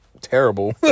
terrible